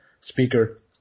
speaker